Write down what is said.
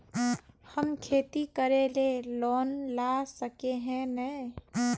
हम खेती करे ले लोन ला सके है नय?